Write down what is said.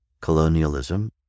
colonialism